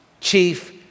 chief